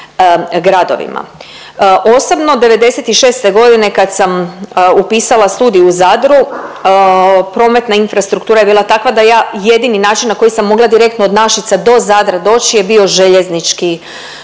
Osobno '96. godine kad sam upisala studij u Zadru prometna infrastruktura je bila takva da ja jedini način na koji sam mogla direktno od Našica do Zadra doć je bio željeznički